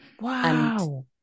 wow